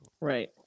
Right